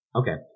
okay